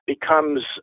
becomes